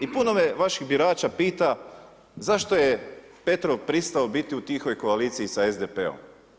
I puno me vaših birača pita zašto je Petrov pristao biti u tihoj koaliciji sa SDP-om?